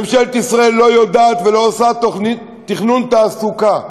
ממשלת ישראל לא יודעת ולא עושה תכנון תעסוקה.